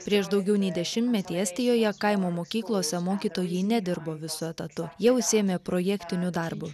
prieš daugiau nei dešimtmetį estijoje kaimo mokyklose mokytojai nedirbo visu etatu jie užsiėmė projektiniu darbu